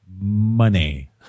Money